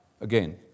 Again